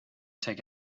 take